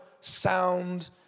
sound